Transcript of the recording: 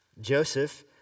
Joseph